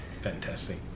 Fantastic